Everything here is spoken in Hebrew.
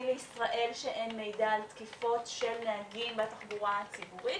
לישראל שאין מידע על תקיפות של נהגים בתחבורה הציבורית